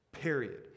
Period